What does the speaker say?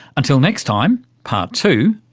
until next time, part two,